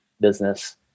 business